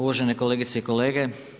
Uvažene kolegice i kolege.